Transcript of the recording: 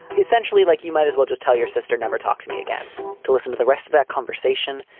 essentially, like you might as well just tell your sister, never talk to me again to listen to the rest of that conversation,